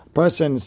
person